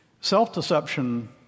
Self-deception